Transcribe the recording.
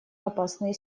опасные